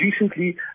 recently